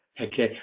Okay